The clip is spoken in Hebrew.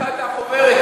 אני אביא לך את החוברת,